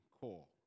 call